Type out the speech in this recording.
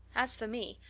as for me,